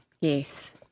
Yes